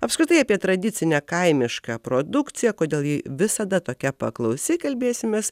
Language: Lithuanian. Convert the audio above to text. apskritai apie tradicinę kaimišką produkciją kodėl ji visada tokia paklausi kalbėsimės